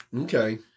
Okay